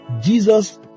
jesus